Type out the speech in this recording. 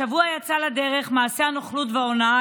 השבוע יצא לדרך מעשה הנוכלות וההונאה